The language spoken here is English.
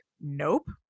nope